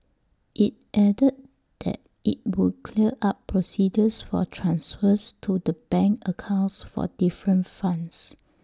IT added that IT would clear up procedures for transfers to the bank accounts for different funds